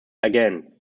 again